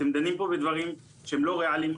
אתם דנים פה בדברים שהם לא ראליים,